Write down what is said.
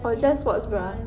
oh just sports bra